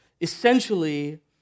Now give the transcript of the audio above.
essentially